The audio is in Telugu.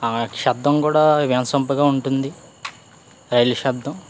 ఆ శబ్దం కూడా వినసొంపుగా ఉంటుంది రైలు శబ్దం